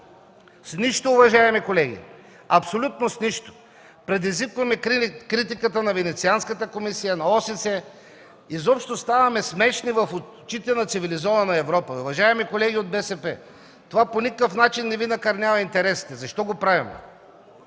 С нищо, уважаеми колеги. Абсолютно с нищо! Предизвикваме критиката на Венецианската комисия, на ОССЕ, изобщо ставаме смешни в очите на цивилизована Европа. Уважаеми колеги от БСП, това по никакъв начин не накърнява интересите Ви. Защо го правим?